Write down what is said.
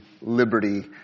liberty